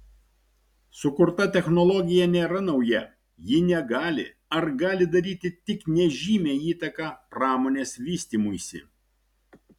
sukurta technologija nėra nauja ji negali ar gali daryti tik nežymią įtaką pramonės vystymuisi